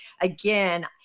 again